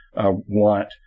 Want